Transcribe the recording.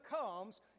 comes